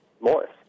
Morris